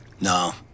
No